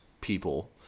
people